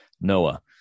noah